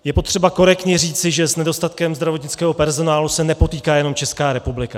Je potřeba korektně říci, že s nedostatkem zdravotnického personálu se nepotýká jenom Česká republika.